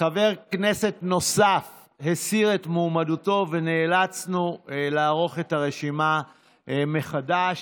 חבר כנסת נוסף הסיר את מועמדותו ונאלצנו לערוך את הרשימה מחדש.